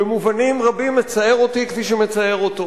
במובנים רבים מצער אותי כפי שמצער אותו.